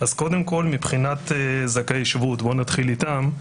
קודם כול מבחינת זכאי שבות, נתחיל איתם,